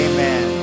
Amen